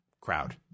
crowd